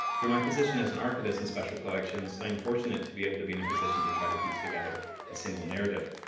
through my position as an archivist in special collections, i am fortunate to be able to be in a position to try to piece together a single narrative.